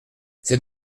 c’est